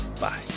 Bye